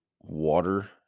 water